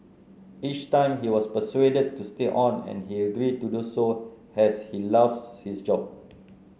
each time he was persuaded to stay on and he agreed to do so as he loves his job